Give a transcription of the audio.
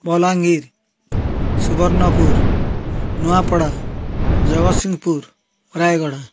Balangir Subarnapur Nuapada Jagatsinghpur Rayagada